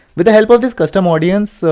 with the help of this custom audience, so